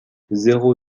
zéro